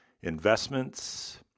investments